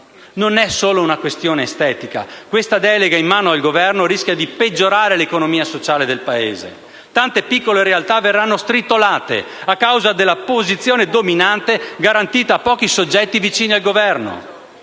Non è solo una questione estetica: questa delega in mano al Governo rischia di peggiorare l'economia sociale del Paese: tante piccole realtà verranno stritolate a causa della posizione dominante garantita a pochi soggetti vicini al Governo.